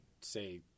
say